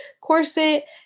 corset